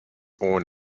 own